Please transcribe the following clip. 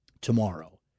tomorrow